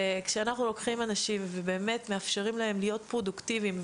כשאנחנו לוקחים אנשים ובאמת מאפשרים להם להיות פרודוקטיביים,